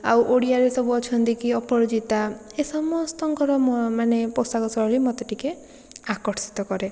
ଆଉ ଓଡ଼ିଆରେ ସବୁ ଅଛନ୍ତିକି ଅପରାଜିତା ଏ ସମସ୍ତଙ୍କର ମୁଁ ମାନେ ପୋଷାକଶୈଳୀ ମୋତେ ଟିକିଏ ଆକର୍ଷିତ କରେ